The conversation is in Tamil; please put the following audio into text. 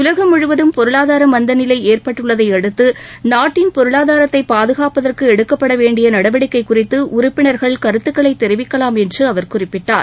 உலகம் முழுவதும் பொருளாதார மந்தநிலை ஏற்பட்டுள்ளதை அடுத்து நாட்டின் பொருளாதாரத்தை பாதுகாப்பதற்கு எடுக்கப்பட வேண்டிய நடவடிக்கை குறித்து உறுப்பினர்கள் கருத்துக்களை தெரிவிக்கலாம் என்று அவர் குறிப்பிட்டார்